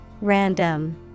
Random